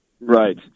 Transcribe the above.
Right